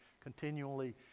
continually